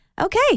Okay